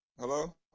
Hello